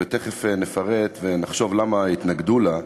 ותכף נפרט ונחשוב למה התנגדו לה,